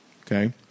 Okay